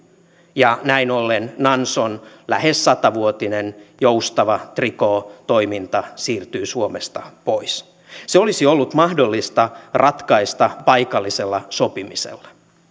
ja näin ollen nanson lähes satavuotinen joustava trikootoiminta siirtyy suomesta pois se olisi ollut mahdollista ratkaista paikallisella sopimisella